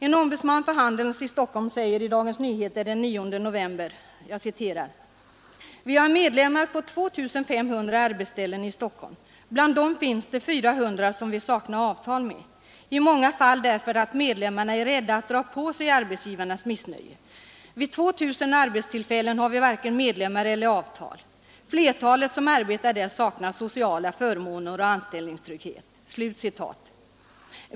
En ombudsman för Handels i Stockholm säger i Dagens Nyheter den 9 november: Vi har medlemmar på 2 500 arbetsställen i Stockholm. Bland dem finns det 400 arbetsställen som vi saknar avtal med, i många fall därför att medlemmarna är rädda att dra på sig arbetsgivarnas missnöje. Vid 2 000 arbetsställen har vi varken medlemmar eller avtal. Flertalet som arbetar där saknar sociala förmåner och anställningstrygghet.